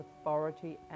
authority